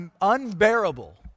unbearable